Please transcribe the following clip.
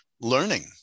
learning